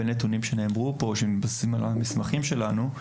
נתונים שנאמרו פה שמתבססים על המסמכים שלנו.